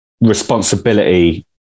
responsibility